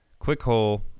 Clickhole